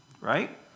right